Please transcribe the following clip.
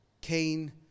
Cain